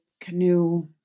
canoe